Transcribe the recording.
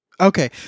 Okay